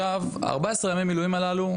14 ימי המילואים הללו,